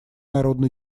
народно